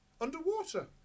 underwater